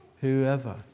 whoever